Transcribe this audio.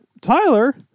Tyler